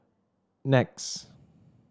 Nex